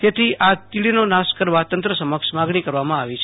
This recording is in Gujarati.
તેથી આ તીડનો નાશ કરવા તંત્ર સમક્ષ માંગણી કરાઈ છે